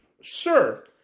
Sure